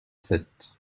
sept